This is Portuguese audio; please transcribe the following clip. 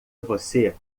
você